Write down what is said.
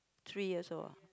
three years old ah